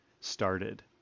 started